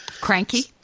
Cranky